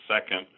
second